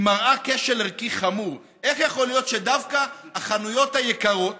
היא מראה כשל ערכי חמור: איך יכול להיות שדווקא החנויות היקרות,